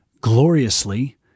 gloriously